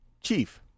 chief